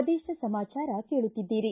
ಪ್ರದೇಶ ಸಮಾಚಾರ ಕೇಳುತ್ತಿದ್ದೀರಿ